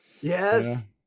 Yes